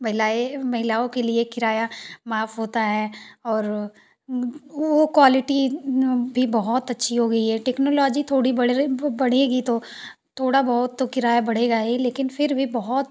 महिलायें महिलाओं के लिए किराया माफ होता है और वो क्वालिटी भी बहुत अच्छी हो गई है टेक्नोलॉजी थोड़ी बढ़ रही बढ़ेगी तो थोड़ा बहुत तो किराया बढ़ेगा ही फिर भी बहोत